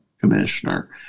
commissioner